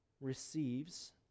receives